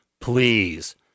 please